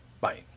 Bye